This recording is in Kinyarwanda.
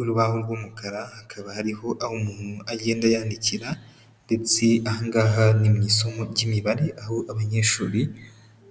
Urubaho rw'umukara, hakaba hariho aho umuntu agenda yandikira ndetse aha ngaha ni mu isomo ry'imibare, aho abanyeshuri